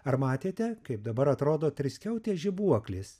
ar matėte kaip dabar atrodo triskiautės žibuoklės